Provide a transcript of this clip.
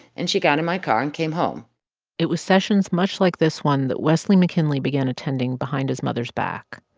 and she got in my car and came home it was sessions much like this one that wesley mckinley began attending behind his mother's back.